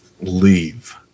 leave